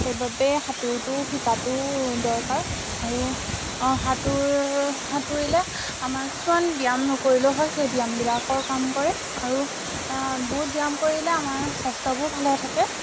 সেইবাবে সাঁতোৰটো শিকাটো দৰকাৰ আৰু সাঁতোৰ সাঁতুৰিলে আমাৰ কিছুমান ব্যায়াম নকৰিলেও হয় সেই ব্যায়ামবিলাকৰ কাম কৰে আৰু বহুত ব্যায়াম কৰিলে আমাৰ স্বাস্থ্যবোৰ ভালে থাকে